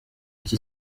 iki